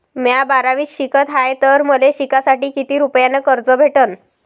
म्या बारावीत शिकत हाय तर मले शिकासाठी किती रुपयान कर्ज भेटन?